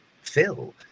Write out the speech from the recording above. fill